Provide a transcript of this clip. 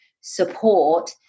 support